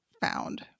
found